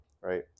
right